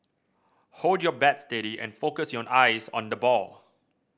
hold your bat steady and focus your eyes on the ball